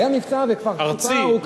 ארצי,